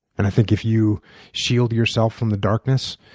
and i think if you shield yourself from the darkness,